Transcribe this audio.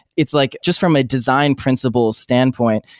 it's like, just from a design principle standpoint,